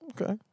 okay